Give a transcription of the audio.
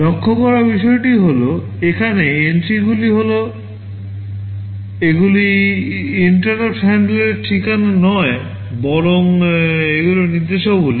লক্ষ্য করার বিষয়টি হল এখানে এন্ট্রিগুলি হল এগুলি INTERRUPT হ্যান্ডলারের ঠিকানা নয় বরং এগুলি নির্দেশাবলী